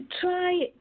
try